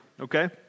Okay